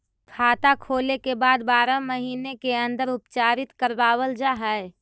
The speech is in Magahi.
खाता खोले के बाद बारह महिने के अंदर उपचारित करवावल जा है?